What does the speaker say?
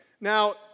Now